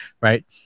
Right